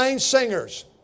singers